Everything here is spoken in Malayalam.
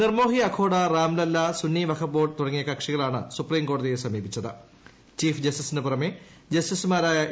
നിർമോഹി അഖാഡ റാം ലല്ല സുന്നി വഖഫ് ബോർഡ് തുടങ്ങിയ കക്ഷികളാണ് സുപ്രീംകോടതിയെ ചീഫ് ജസ്റ്റിസിന് പുറമെ ജസ്റ്റിസുമാരായ എസ്